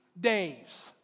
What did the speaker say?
days